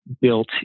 built